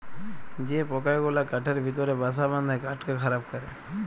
যে পকা গুলা কাঠের ভিতরে বাসা বাঁধে কাঠকে খারাপ ক্যরে